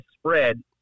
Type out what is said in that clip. spread